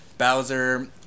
Bowser